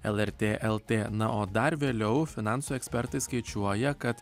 lrt lt na o dar vėliau finansų ekspertai skaičiuoja kad